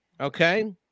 Okay